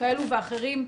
כאלה ואחרים,